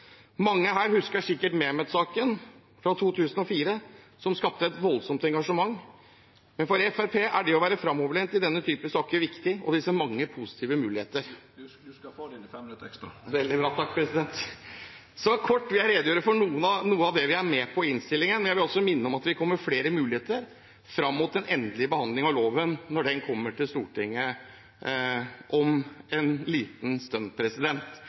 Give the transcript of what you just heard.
Mange her husker sikkert Mehmet-saken fra 2004, som skapte et voldsomt engasjement. Men for Fremskrittspartiet er det å være framoverlent i slike saker viktig, og vi ser mange positive muligheter. Du skal få dine 5 minutt ekstra. Veldig bra – takk, president! Jeg vil kort redegjøre for noe av det vi er med på i innstillingen. Jeg vil også minne om at det kommer flere muligheter fram mot den endelige behandlingen av loven når den kommer til Stortinget om en liten stund,